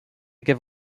give